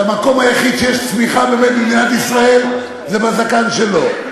שהמקום היחיד שיש צמיחה במדינת ישראל זה בזקן שלו,